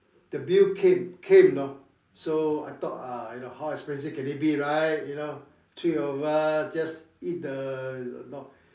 the bill came came you know so I thought ah how expensive can it be right you know three of us just eat the you know